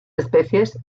especies